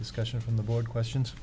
discussion from the board questions